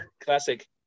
classic